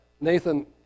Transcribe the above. Nathan